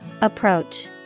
Approach